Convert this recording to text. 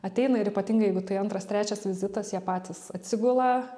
ateina ir ypatingai jeigu tai antras trečias vizitas jie patys atsigula